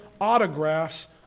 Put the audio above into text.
autographs